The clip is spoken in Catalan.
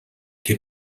que